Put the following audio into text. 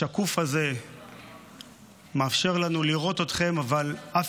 השקוף הזה מאפשר לנו לראות אתכם אבל אף